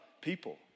people